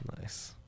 Nice